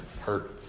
hurt